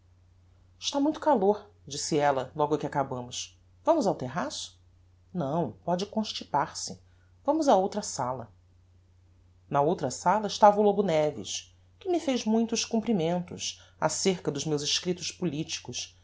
está muito calor disse ella logo que acabámos vamos ao terraço não pode constipar se vamos a outra sala na outra sala estava o lobo neves que me fez muitos comprimentos ácerca dos meus escriptos politicos